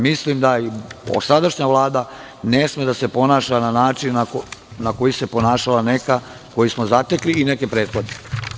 Mislim da sadašnja Vlada ne sme da se ponaša na način na koji se ponašala neka koju smo zatekli i neke prethodne.